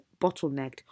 bottlenecked